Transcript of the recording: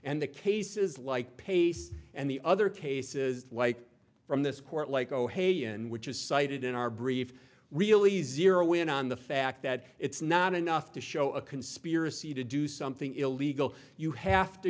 and the cases like pace and the other cases like from this court like oh hey and which is cited in our brief really zero in on the fact that it's not enough to show a conspiracy to do something illegal you have to